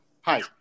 Hi